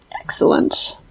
Excellent